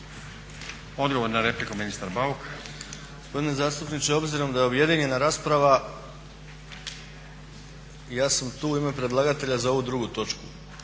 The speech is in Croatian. Odgovor na repliku, ministar Bauk.